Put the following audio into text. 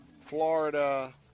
Florida